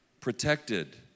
protected